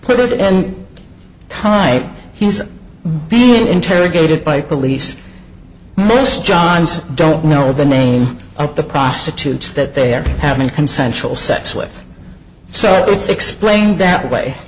put it in time he's being interrogated by police most johns don't know the name of the prostitutes that they are having consensual sex with so it's explained that way